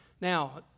Now